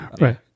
right